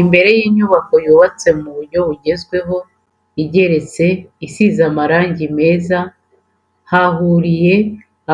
Imbere y'inyubako yubatswe mu buryo bugezweho igeretse isize amarangi meza, hahuriye